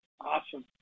Awesome